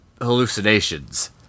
hallucinations